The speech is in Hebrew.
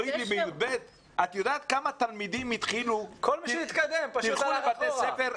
את יודעת כמה תלמידים התחילו --- כל מי שהתקדם פשוט הלך אחורה.